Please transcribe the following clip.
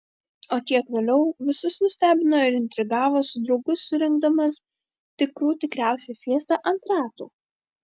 o kiek vėliau visus nustebino ir intrigavo su draugu surengdamas tikrų tikriausią fiestą ant ratų